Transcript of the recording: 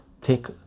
take